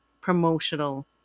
promotional